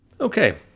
Okay